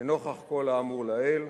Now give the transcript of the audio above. לנוכח כל האמור לעיל,